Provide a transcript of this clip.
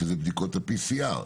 שאלה בדיקות ה-PCR.